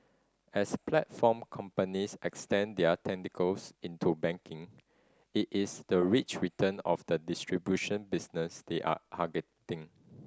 as platform companies extend their tentacles into banking it is the rich return of the distribution business they are targeting